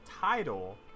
title